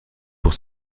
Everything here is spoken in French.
pour